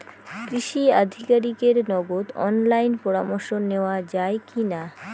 কৃষি আধিকারিকের নগদ অনলাইন পরামর্শ নেওয়া যায় কি না?